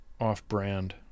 off-brand